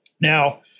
Now